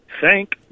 Thank